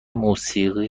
موسیقی